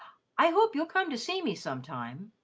i hope you'll come to see me sometime.